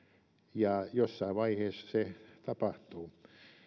ja jossain vaiheessa se tapahtuu